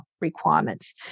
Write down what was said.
requirements